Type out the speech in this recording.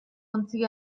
ontzi